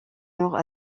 nord